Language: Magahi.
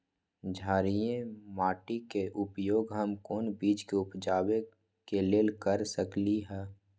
क्षारिये माटी के उपयोग हम कोन बीज के उपजाबे के लेल कर सकली ह?